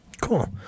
cool